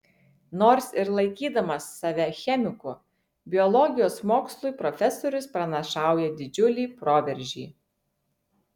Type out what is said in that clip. nors ir laikydamas save chemiku biologijos mokslui profesorius pranašauja didžiulį proveržį